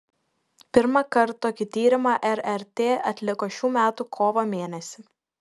pirmąkart tokį tyrimą rrt atliko šių metų kovo mėnesį